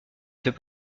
fait